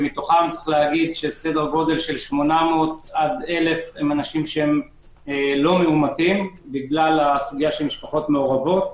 מתוכם כ-800 עד אלף אינם מאומתים בגלל משפחות מעורבות.